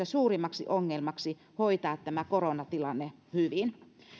suurimmaksi ongelmaksi hoitaa tämä koronatilanne hyvin